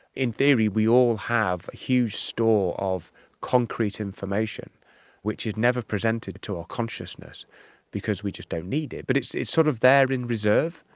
in theory we all have a huge store of concrete information which is never presented to our consciousness because we just don't need it. but it's it's sort of there in reserve.